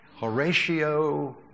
Horatio